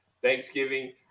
Thanksgiving